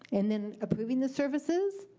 and then approving the services,